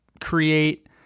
create